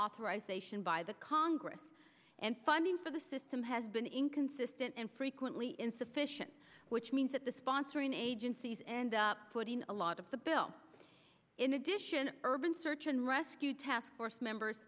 authorization by the congress and funding for the system has been inconsistent and frequently insufficient which means that the sponsoring agencies and putting a lot of the bill in addition urban search and rescue task force members